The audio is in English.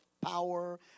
power